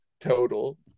total